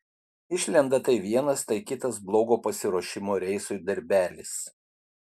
išlenda tai vienas tai kitas blogo pasiruošimo reisui darbelis